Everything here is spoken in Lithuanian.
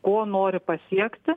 ko nori pasiekti